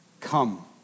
come